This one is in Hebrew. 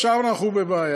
עכשיו אנחנו בבעיה.